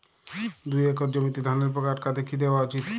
দুই একর জমিতে ধানের পোকা আটকাতে কি দেওয়া উচিৎ?